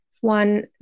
one